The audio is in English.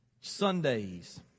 Sundays